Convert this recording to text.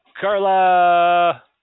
Carla